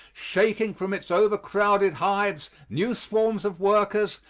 shaking from its overcrowded hives new swarms of workers,